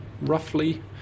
roughly